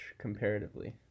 comparatively